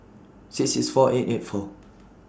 six six four eight eight four